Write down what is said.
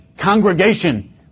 congregation